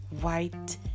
white